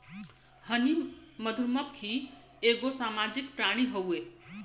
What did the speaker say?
हनी मधुमक्खी एगो सामाजिक प्राणी हउवे